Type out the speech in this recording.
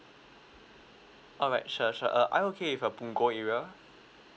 alright sure sure err are you okay with a punggol area